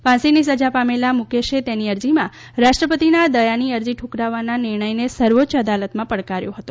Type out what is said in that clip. ફાંસીની સજા પામેલા મૂકેશે તેની અરજીમાં રાષ્ટ્રપતિના દયાની અરજી ઠકરાવવાના નિર્ણયને સર્વોચ્ય અદાલતમાં પડકાર્યો હતો